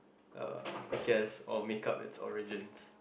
uh guess or make up its origins